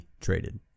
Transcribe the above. traded